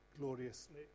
gloriously